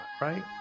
right